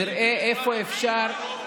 נראה איפה אפשר,